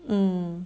mm